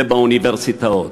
וזה באוניברסיטאות,